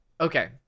okay